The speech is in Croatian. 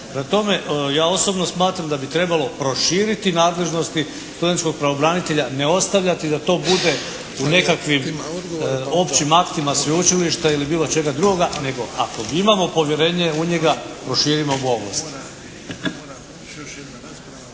Prema tome, ja osobno smatram da bi trebalo proširiti nadležnosti studentskog pravobranitelja, ne ostavljati da to bude u nekakvim općim aktima sveučilišta ili bilo čega drugoga nego ako imamo povjerenje u njega proširimo mu ovlasti.